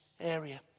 area